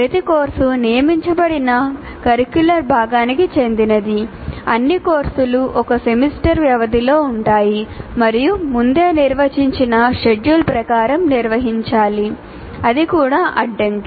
ప్రతి కోర్సు నియమించబడిన కరిక్యులర్ భాగానికి చెందినది అన్ని కోర్సులు ఒక సెమిస్టర్ వ్యవధిలో ఉంటాయి మరియు ముందే నిర్వచించిన షెడ్యూల్ ప్రకారం నిర్వహించాలి అది కూడా అడ్డంకి